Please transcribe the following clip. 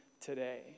today